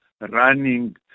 running